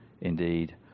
indeed